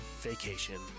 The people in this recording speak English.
vacation